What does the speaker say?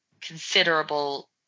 considerable